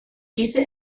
diese